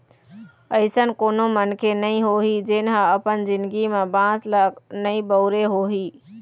अइसन कोनो मनखे नइ होही जेन ह अपन जिनगी म बांस ल नइ बउरे होही